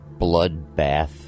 bloodbath